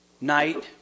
night